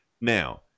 Now